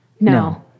No